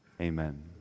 amen